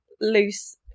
loose